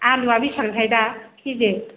आलुवा बेसेबांथाय दा केजि